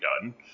done